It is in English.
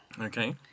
Okay